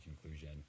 conclusion